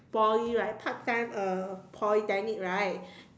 Poly right part time uh Polytechnic right